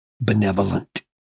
benevolent